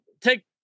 Take